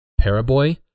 Paraboy